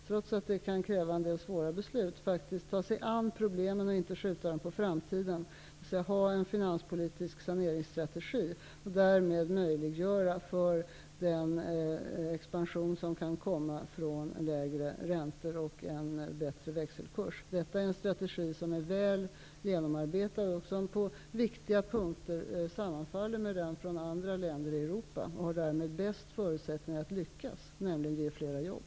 Trots att det kan krävas en del svåra beslut, handlar det om att ta sig an problemen och inte skjuta dem på framtiden. Vi måste ha en finanspolitisk saneringsstrategi. Därmed möjliggör man för den expansion som kan bli följden av lägre räntor och en bättre växelkurs. Detta är en strategi som är väl genomarbetad och som på viktiga punkter sammanfaller med strategin i andra länder i Europa. Därmed har den bäst förutsättningar för att lyckas, dvs. att ge flera jobb.